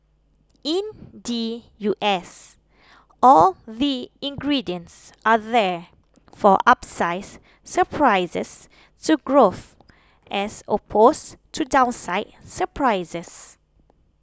in the U S all the ingredients are there for upside surprises to growth as opposed to downside surprises